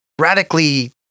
radically